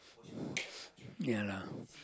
ya lah